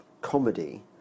comedy